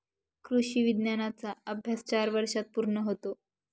कृषी विज्ञानाचा अभ्यास चार वर्षांत पूर्ण होतो